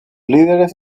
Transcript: líderes